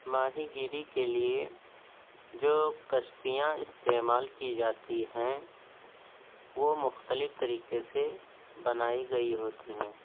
ماہی گیری کے لیے جو کشتیاں استعمال کی جاتی ہیں وہ مختلف طریقے سے بنائی گئی ہوتی ہیں